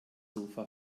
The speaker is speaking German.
sofa